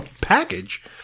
package